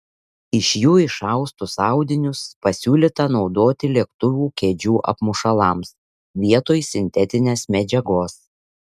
iš jų išaustus audinius pasiūlyta naudoti lėktuvų kėdžių apmušalams vietoj sintetinės medžiagos